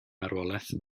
marwolaeth